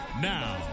Now